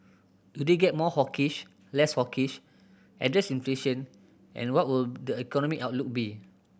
do they get more hawkish less hawkish address inflation and what will the economic outlook be